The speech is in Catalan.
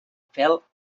fel